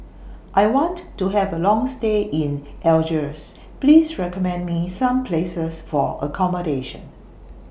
I want to Have A Long stay in Algiers Please recommend Me Some Places For accommodation